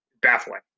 Baffling